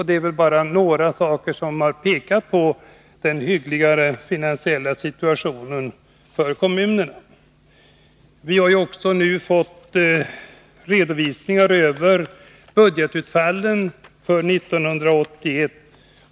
Detta är bara några saker som pekar på den hyggligare finansiella situationen för kommunerna. Vi har nu också fått redovisningar över budgetutfallen för 1981.